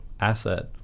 asset